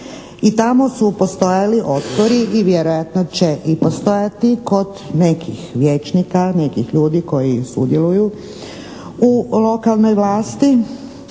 tamo su postojali otpori i vjerojatno će i postojati kod nekih vijećnika, nekih ljudi koji sudjeluju u lokalnoj vlasti